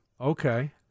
Okay